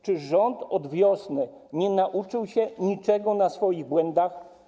Czy rząd od wiosny nie nauczył się niczego na swoich błędach?